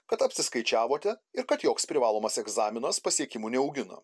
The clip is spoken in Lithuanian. kad apsiskaičiavote ir kad joks privalomas egzaminas pasiekimų neaugina